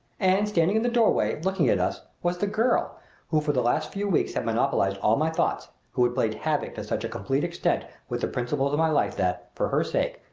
and standing in the doorway, looking at us, was the girl who for the last few weeks had monopolized all my thoughts who had played havoc to such a complete extent with the principles of my life that, for her sake,